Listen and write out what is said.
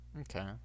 Okay